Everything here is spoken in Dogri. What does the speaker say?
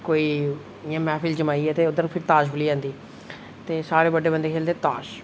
ते इ'यां कोई मैह्फिल जमाइयै ते ताश खेढी जंदी ते सारे बड़े बंदे खेढदे ताश